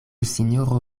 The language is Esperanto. sinjoro